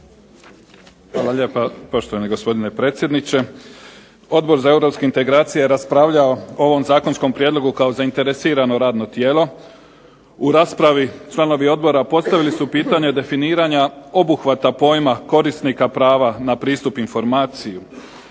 Hvala lijepo gospodine predsjedniče. Odbor za europske integracije je raspravljao o ovom zakonskom prijedlogu kao zainteresirano radno tijelo. U raspravi članovi odbora postavili su pitanje definiranja obuhvata pojma korisnika prava na pristup informaciji.